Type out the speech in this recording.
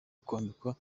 kwambikwa